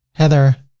heather